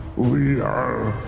we are